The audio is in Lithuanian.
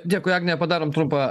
dėkui agne padarom trumpą